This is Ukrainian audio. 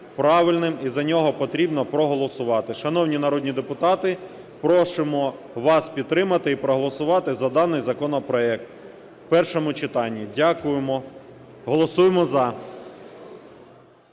і за нього потрібно проголосувати. Шановні народні депутати, просимо вас підтримати і проголосувати за даний законопроект у першому читанні. Дякуємо. Голосуємо "за".